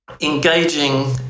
engaging